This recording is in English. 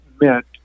meant